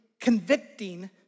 convicting